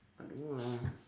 I don't know lah